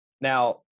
Now